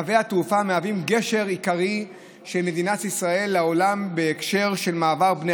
קווי התעופה מהווים גשר עיקרי של מדינת ישראל לעולם בהקשר של מעבר בני